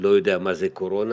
שלא יודע מה זה קורונה.